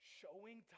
showing